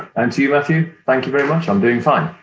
and to you, matthew, thank you very much. i'm doing fine.